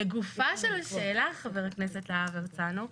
לגופה של השאלה, חבר הכנסת להב הרצנו,